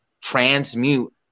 transmute